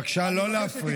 בבקשה לא להפריע.